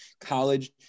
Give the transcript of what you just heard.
College